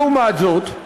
לעומת זאת,